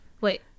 Wait